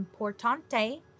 importante